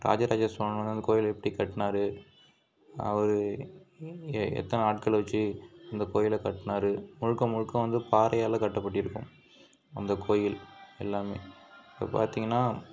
ராஜராஜ சோழன் வந்து அந்த கோவில எப்படி கட்டினாரு அவரு எத்தனை ஆட்களை வச்சு இந்த கோவில கட்டினாரு முழுக்க முழுக்க வந்து பாறையால் கட்டப்பட்டிருக்கும் அந்த கோவில் எல்லாம் இப்போ பார்த்திங்கனா